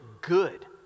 good